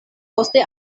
poste